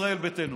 ישראל ביתנו,